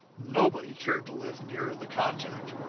nobody cared to live near the contact,